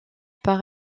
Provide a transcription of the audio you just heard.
par